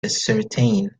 ascertain